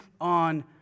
on